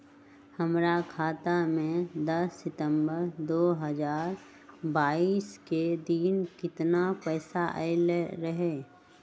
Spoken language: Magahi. हमरा खाता में दस सितंबर दो हजार बाईस के दिन केतना पैसा अयलक रहे?